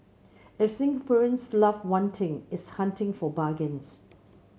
if Singaporeans love one thing it's hunting for bargains